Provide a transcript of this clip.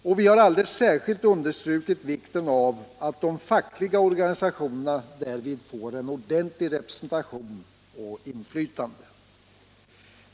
Alldeles särskilt har vi understrukit vikten av att de fackliga organisationerna därvid får en ordentlig representation och ett ordentligt inflytande.